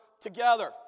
together